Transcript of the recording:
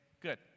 good